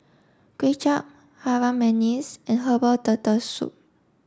Kway Chap Harum Manis and Herbal Turtle Soup